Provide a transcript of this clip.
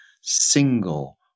single